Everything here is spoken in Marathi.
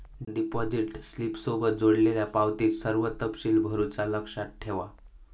डिपॉझिट स्लिपसोबत जोडलेल्यो पावतीत सर्व तपशील भरुचा लक्षात ठेवा